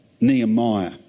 Nehemiah